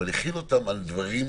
אבל החיל אותם על דברים נוספים.